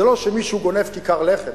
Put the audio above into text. זה לא שמישהו גונב כיכר לחם.